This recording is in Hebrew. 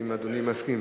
אם אדוני מסכים.